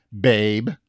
babe